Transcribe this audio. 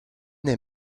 est